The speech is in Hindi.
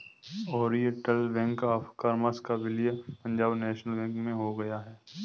ओरिएण्टल बैंक ऑफ़ कॉमर्स का विलय पंजाब नेशनल बैंक में हो गया है